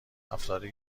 افرادی